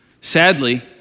Sadly